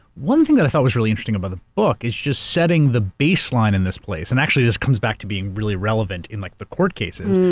one thing that i thought was really interesting about the book is just setting the baseline in this place and actually this comes back to being being really relevant in like the court cases,